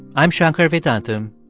i'm shankar vedantam,